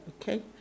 okay